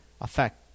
affect